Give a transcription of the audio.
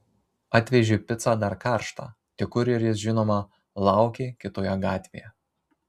atvežė picą dar karštą tik kurjeris žinoma laukė kitoje gatvėje